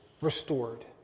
restored